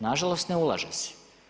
Nažalost ne ulaže se.